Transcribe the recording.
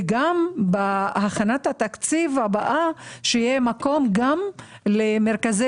וגם בהכנת התקציב הבאה שיהיה מקום למרכזי